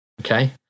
Okay